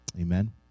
Amen